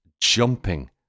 jumping